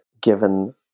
given